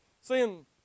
seeing